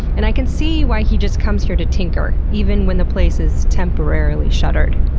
and i can see why he just comes here to tinker, even when the place is temporarily shuttered.